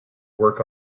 work